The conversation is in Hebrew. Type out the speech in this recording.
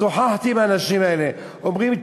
שוחחתי עם האנשים האלה והם אומרים לי: